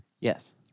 Yes